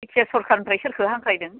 BTR सरकारनिफ्राय सोरखौ हांख्राइदों